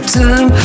time